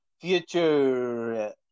future